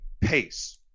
pace